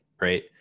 Right